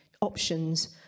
options